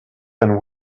and